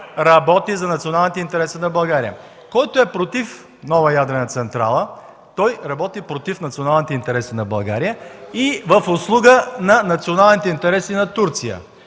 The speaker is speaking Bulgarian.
работи за националните интереси на България. Който е против нова ядрена централа, той работи против националните интереси на България и в услуга на националните интереси на Турция.